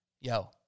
yo